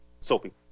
Sophie